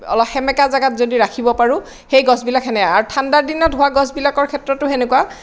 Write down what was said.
অলপ সেমেকা জেগাত যদি ৰাখিব পাৰোঁ সেই গছবিলাক সেনেকা আৰু ঠাণ্ডা দিনত হোৱা গছবিলাকৰ ক্ষেত্ৰতো সেনেকুৱা